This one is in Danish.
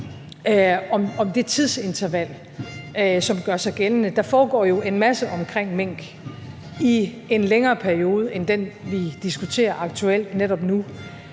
om det tidsinterval, som gør sig gældende. Der foregår jo en masse omkring mink i en længere periode end den, som vi diskuterer aktuelt netop nu,